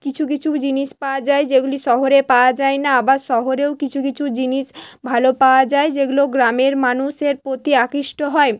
কিছু কিছু জিনিস পাওয়া যায় যেগুলি শহরে পাওয়া যায় না বা শহরেও কিছু কিছু জিনিস ভালো পাওয়া যায় যেগুলো গ্রামের মানুষের প্রতি আকৃষ্ট হয়